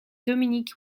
dominique